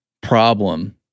problem